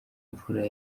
mvura